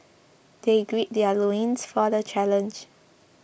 they gird their loins for the challenge